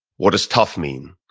what does tough mean,